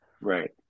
Right